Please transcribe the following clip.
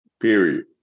Period